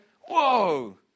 whoa